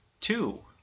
two